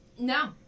no